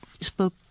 spoke